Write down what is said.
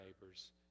neighbors